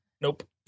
Nope